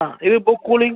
இது போகக் கூலி